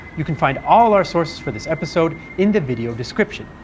you can find all our sources for this episode in the video description,